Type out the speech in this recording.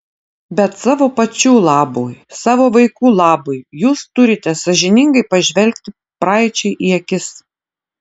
bet savo pačių labui savo vaikų labui jūs turite sąžiningai pažvelgti praeičiai į akis